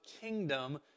kingdom